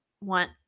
want